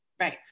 Right